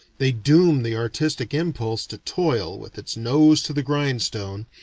they doom the artistic impulse to toil with its nose to the grindstone,